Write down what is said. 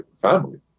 family